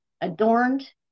Adorned